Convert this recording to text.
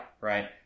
Right